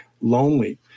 lonely